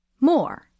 More